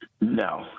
No